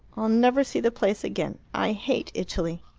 i'll never see the place again. i hate italy.